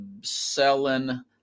selling